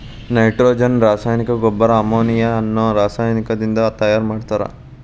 nitrogen ರಾಸಾಯನಿಕ ಗೊಬ್ಬರ ammonia ಅನ್ನೋ ರಾಸಾಯನಿಕದಿಂದ ತಯಾರ್ ಮಾಡಿರ್ತಾರ